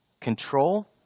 control